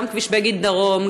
גם כביש בגין דרום,